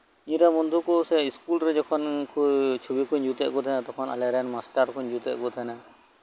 ᱤᱧᱨᱮᱱ ᱵᱚᱱᱫᱷᱩ ᱠᱩ ᱥᱮ ᱤᱧ ᱨᱮᱱ ᱤᱥᱠᱩᱞ ᱨᱮ ᱡᱚᱠᱷᱚᱱ ᱪᱷᱚᱵᱤ ᱠᱩᱧ ᱡᱩᱛᱮᱛ ᱠᱚ ᱛᱟᱦᱮᱸᱱᱟ ᱛᱚᱠᱷᱚᱱ ᱟᱞᱮ ᱨᱮᱱ ᱢᱟᱥᱴᱟᱨ ᱠᱩᱧ ᱡᱩᱛᱮᱛ ᱠᱚ ᱛᱟᱦᱮᱸᱱᱟ